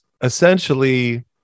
essentially